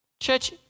Church